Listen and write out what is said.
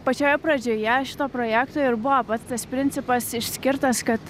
pačioje pradžioje šito projekto ir buvo pats tas principas išskirtas kad